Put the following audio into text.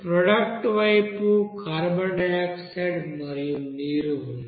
product వైపు carbon dioxide మరియు నీరు ఉన్నాయి